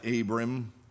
Abram